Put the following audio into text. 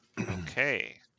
okay